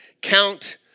count